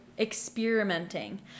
experimenting